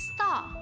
Star